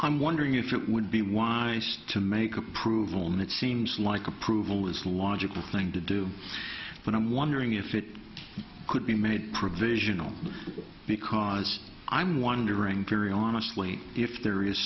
i'm wondering if it would be wise to make approval and it seems like approval was logical thing to do but i'm wondering if it could be made provisional because i'm wondering theory on a slate if there is